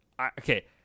Okay